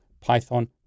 Python